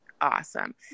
awesome